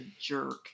jerk